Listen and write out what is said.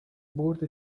برد